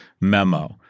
memo